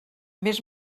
més